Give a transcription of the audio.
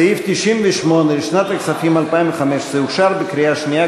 סעיף 98 לשנת הכספים 2015 אושר בקריאה שנייה,